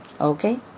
okay